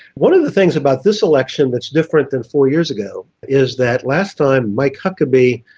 one of the things about this election that's different than four years ago is that last time mike huckabee,